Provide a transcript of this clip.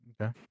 Okay